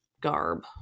garb